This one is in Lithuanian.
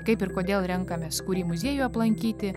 kaip ir kodėl renkamės kurį muziejų aplankyti